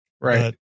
Right